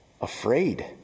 afraid